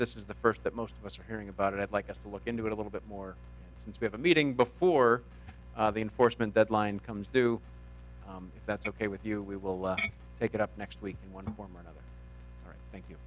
this is the first that most of us are hearing about it i'd like us to look into it a little bit more since we have a meeting before the enforcement deadline comes due that's ok with you we will take it up next week in one form or another thank